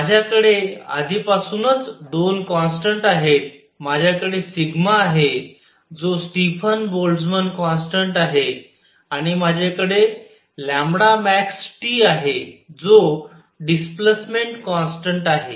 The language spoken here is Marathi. माझ्याकडे आधीपासूनच दोन कॉन्स्टन्ट आहेत माझ्याकडे आहे जो स्टीफन बोल्टझ्मन कॉन्स्टन्ट आहे आणि माझ्याकडे maxT आहे जो डिस्प्लेस्टेन्ट कॉन्स्टन्ट आहे